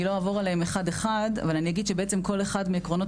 אני לא אעבור עליהם אחד אחד אבל אני אגיד שכל אחד מעקרונות